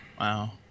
Wow